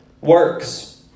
works